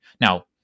Now